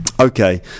Okay